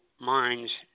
minds